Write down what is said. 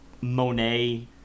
Monet